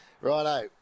Righto